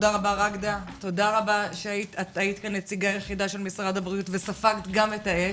תודה רבה שהיית כאן הנציגה היחידה של משרד הבריאות וספגת את האש.